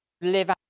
live